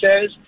says